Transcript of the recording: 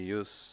use